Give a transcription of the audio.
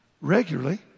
regularly